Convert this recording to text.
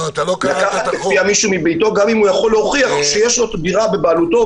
לקחת בכפייה מישהו מביתו גם אם הוא יכול להוכיח שיש דירה בבעלותו,